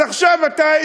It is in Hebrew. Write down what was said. אז עכשיו אתה,